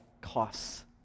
costs